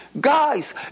guys